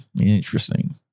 interesting